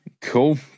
Cool